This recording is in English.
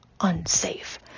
unsafe